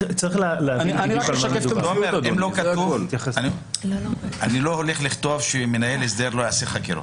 אני לא הולך לכתוב שמנהל הסדר לא יעשה חקירות.